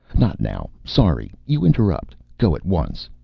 not now. sorry. you interrupt. go at once.